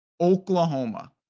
Oklahoma